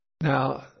Now